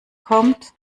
kommt